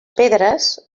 pedres